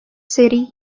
city